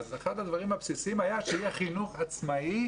ואחד הדברים הבסיסיים היה שיהיה חינוך עצמאי,